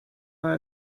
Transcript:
were